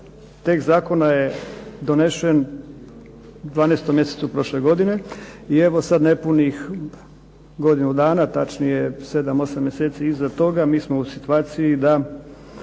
tekst Zakona je donesen u 12. mjesecu prošle godine, i evo sad nepunih godinu dana, točnije 7, 8 mjeseci iza toga mi smo u situaciji da